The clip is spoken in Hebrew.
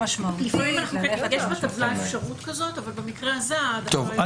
יש בטבלה אפשרות כזאת אבל במקרה הזה ההעדפה היא -- טוב,